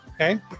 okay